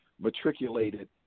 matriculated